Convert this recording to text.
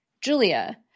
Julia